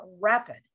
rapid